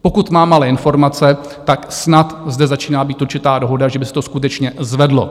Pokud mám ale informace, tak snad zde začíná být určitá dohoda, že by se to skutečně zvedlo.